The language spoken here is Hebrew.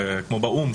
כמו באו"ם,